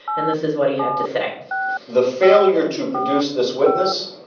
and this is what he had to say the failure to produce this witness,